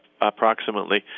approximately